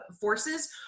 forces